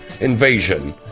invasion